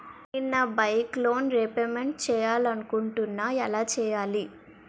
నేను నా bike loan repayment చేయాలనుకుంటున్నా ఎలా చేయాలి?